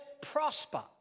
prosper